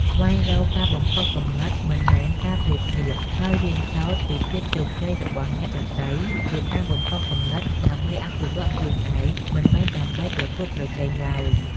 ស្វែងរកការបំផុសគំនិត មិនមែនការប្រៀបធៀប ហើយរៀនសូត្រពីភាពជោគជ័យរបស់អ្នកដទៃជាការបំផុសគំនិតដើម្បីអភិវឌ្ឍខ្លួនឯង មិនមែនដើម្បីប្រកួតប្រជែងឡើយ។